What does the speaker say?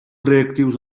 reactius